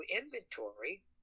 inventory